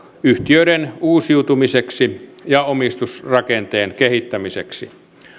yhtiöiden uusiutumiseksi ja omistusrakenteen kehittämiseksi